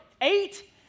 Eight